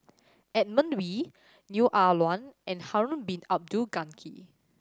Edmund Wee Neo Ah Luan and Harun Bin Abdul Ghani